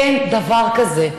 אין דבר כזה.